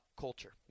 culture